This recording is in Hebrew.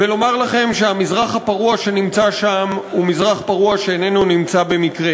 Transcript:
ולומר לכם שהמזרח הפרוע שנמצא שם הוא מזרח פרוע שאיננו נמצא במקרה,